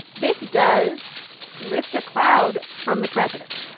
this does lift a cloud from the president.